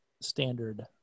standard